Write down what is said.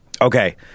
Okay